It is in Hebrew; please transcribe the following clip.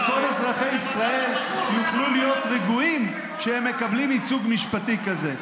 שכל אזרחי ישראל יוכלו להיות רגועים כשהם מקבלים ייצוג משפטי כזה.